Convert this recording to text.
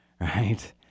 right